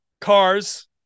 cars